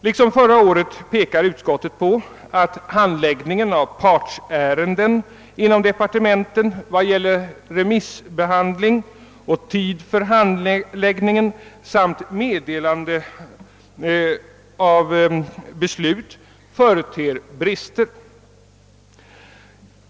Liksom förra året pekar utskottet på att handläggningen av partsärenden inom departementen vad gäller remissbehandling och tid för handläggningen samt meddelande av beslut företer brister.